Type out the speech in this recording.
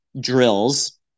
drills